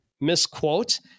misquote